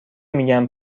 میگن